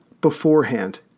beforehand